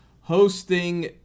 hosting